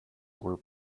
were